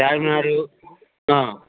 చార్మినార్ ఆ